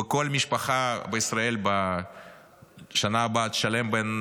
וכל משפחה בישראל בשנה הבאה תשלם בין